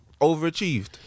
Overachieved